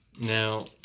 Now